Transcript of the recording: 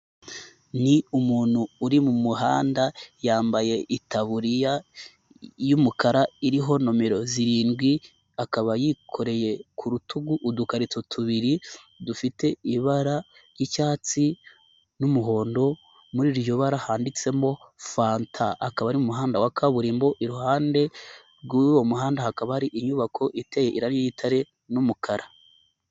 Ni umuntu uri mu muhanda yambaye itaburiya y'umukara iriho nomero zirindwi, akaba yikoreye ku rutugu udukarito tubiri dufite ibara ry'icyatsi n'umuhondo, muri iryo bara handitsemo fanta, akaba ari mu muhanda wa kaburimbo, iruhande rw'uwo muhanda hakaba hari inyubako iteye irangi ry'igitare n'umukara.